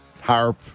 Harp